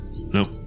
No